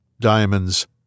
diamonds